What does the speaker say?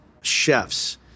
chefs